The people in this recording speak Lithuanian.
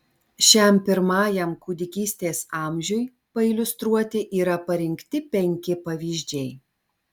šiam pirmajam kūdikystės amžiui pailiustruoti yra parinkti penki pavyzdžiai